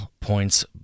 points